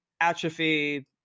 atrophy